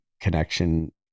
connection